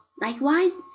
Likewise